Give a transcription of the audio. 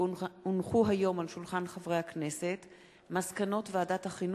כי הונחו היום על שולחן הכנסת מסקנות ועדת החינוך,